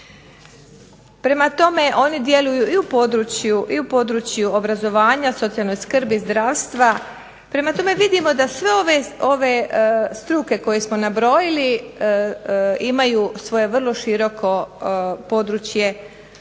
Prema tome oni djeluju i u području obrazovanja, socijalne skrbi, zdravstva. Prema tome vidimo da sve ove struke koje smo nabrojili imaju svoje vrlo široko područje